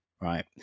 Right